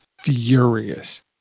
furious